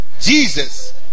Jesus